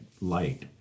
light